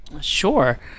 Sure